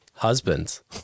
husbands